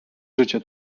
życie